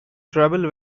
travel